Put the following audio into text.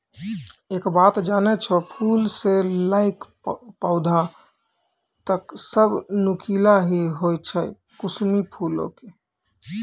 एक बात जानै छौ, फूल स लैकॅ पौधा तक सब नुकीला हीं होय छै कुसमी फूलो के